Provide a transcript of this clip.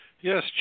Yes